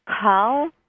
call